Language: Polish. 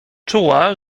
czuła